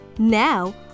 Now